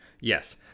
Yes